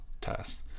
test